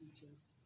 teachers